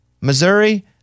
Missouri